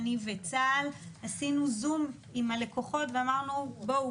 אני וצה"ל עשינו זום עם הלקוחות ואמרנו: בואו,